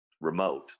remote